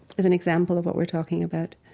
is an example of what we're talking about,